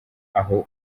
aho